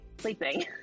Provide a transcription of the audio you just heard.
sleeping